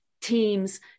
teams